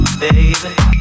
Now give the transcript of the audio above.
baby